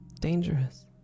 dangerous